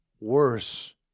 worse